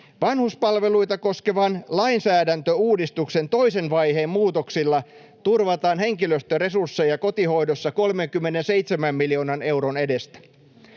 Vanhuspalveluita koskevan lainsäädäntöuudistuksen toisen vaiheen muutoksilla turvataan henkilöstöresursseja kotihoidossa 37 miljoonan euron edestä.